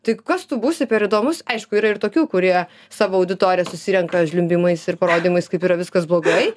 tai kas tu būsi per įdomus aišku yra ir tokių kurie savo auditoriją susirenka žliumbimais ir parodymais kaip yra viskas blogai